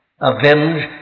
Avenge